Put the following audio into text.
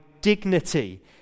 dignity